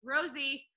Rosie